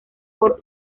por